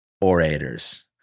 orators